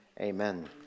Amen